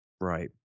Right